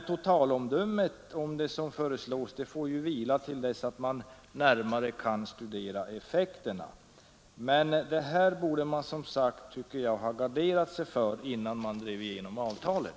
Totalomdömet om det som föreslås får vila till dess att vi närmare kan studera effekterna. Men det här borde regeringen som sagt ha garderat sig för innan den drev igenom avtalet.